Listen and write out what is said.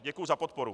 Děkuji za podporu.